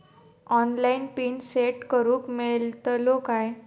Online pin set करूक मेलतलो काय?